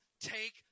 take